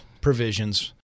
provisions